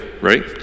right